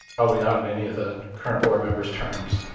probably not in any of the current board members terms.